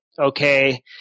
okay